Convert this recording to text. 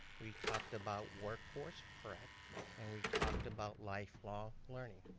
we talked about workforce prep and we talked about lifelong learning.